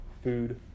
food